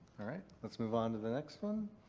alright. let's move on to the next one.